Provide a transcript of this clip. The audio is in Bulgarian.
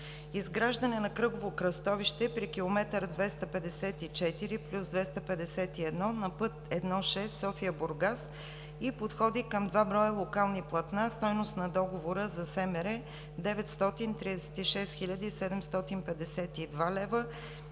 Изграждане на кръгово кръстовище при км 254+251 на път І-6 София – Бургас и подходи към два броя локални платна. Стойност на договора за СМР 936 752 лв.